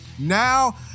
now